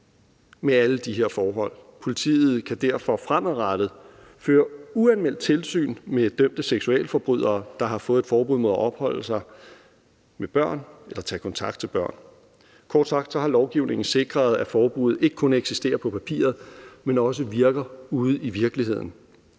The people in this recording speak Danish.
med alle de her forhold. Politiet kan derfor fremadrettet føre uanmeldt tilsyn med dømte seksualforbrydere, der har fået et forbud mod at opholde sig bestemte steder og et forbud mod at tage kontakt til børn. Kort sagt har lovgivningen sikret, at forbuddet ikke kun eksisterer på papiret, men også virker ude i virkeligheden.